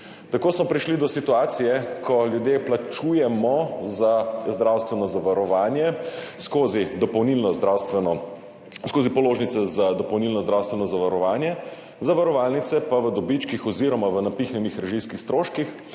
Tako smo prišli do situacije, ko ljudje plačujemo za zdravstveno zavarovanje skozi položnice za dopolnilno zdravstveno zavarovanje, zavarovalnice pa v dobičkih oziroma v napihnjenih režijskih stroških